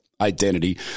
identity